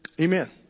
amen